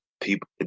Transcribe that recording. people